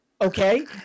okay